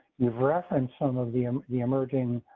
you've reference some of the um the emerging